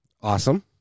Awesome